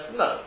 no